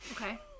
Okay